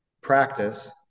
practice